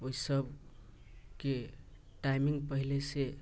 ओहि सभकेँ टाइमिङ्ग पहिले से